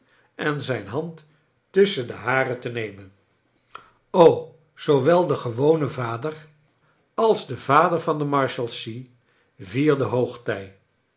en zijn hand tusschen de hare te nemen o zoowel de gewone vader als de vader van de marshalsea vierde hpogtij